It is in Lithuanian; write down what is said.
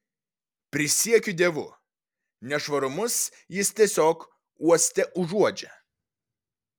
prisiekiu dievu nešvarumus jis tiesiog uoste užuodžia